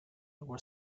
were